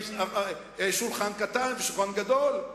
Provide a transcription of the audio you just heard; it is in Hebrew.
העברתם שולחן קטן ושולחן גדול.